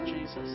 Jesus